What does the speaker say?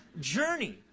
journey